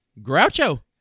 Groucho